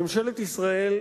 ממשלת ישראל,